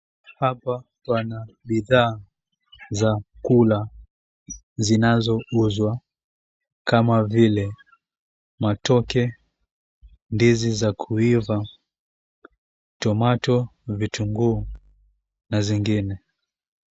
Hapa pana bidhaa za kula zinazouzwa kama vile matoke, ndizi za kuiva tomato vitunguu na zingine.